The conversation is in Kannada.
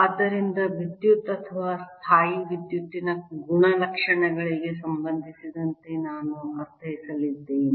ಆದ್ದರಿಂದ ವಿದ್ಯುತ್ ಅಥವಾ ಸ್ಥಾಯೀವಿದ್ಯುತ್ತಿನ ಗುಣಲಕ್ಷಣಗಳಿಗೆ ಸಂಬಂಧಿಸಿದಂತೆ ನಾನು ಅರ್ಥೈಸಲಿದ್ದೇನೆ